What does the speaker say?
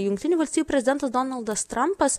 jungtinių valstijų prezidentas donaldas trampas